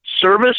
service